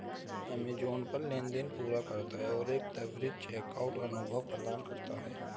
Amazon पे लेनदेन पूरा करता है और एक त्वरित चेकआउट अनुभव प्रदान करता है